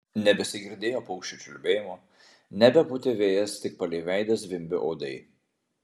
nebesigirdėjo paukščių čiulbėjimo nebepūtė vėjas tik palei veidą zvimbė uodai